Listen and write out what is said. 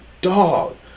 dog